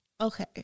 okay